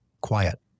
quiet